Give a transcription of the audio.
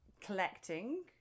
collecting